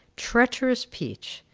treacherous peach.